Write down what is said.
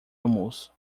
almoço